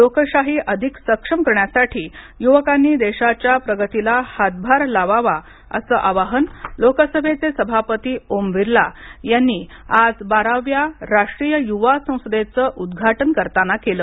लोकशाही अधिक सक्षम करण्यासाठी युवकांनी देशाच्या प्रगतीला हातभार लावावा असे आवाहन लोकसभेचे सभापती ओम बिर्ला यांनी आज बाराव्या राष्ट्रीय युवा संसदेचे उद्घाटन करताना केले